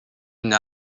une